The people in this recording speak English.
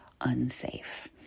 unsafe